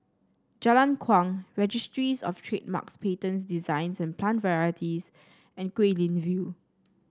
Jalan Kuang Registries Of Trademarks Patents Designs and Plant Varieties and Guilin View